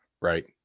right